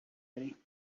ready